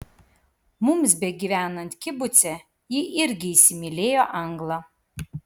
mums begyvenant kibuce ji irgi įsimylėjo anglą